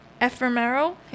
Ephemeral